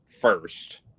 first